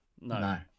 No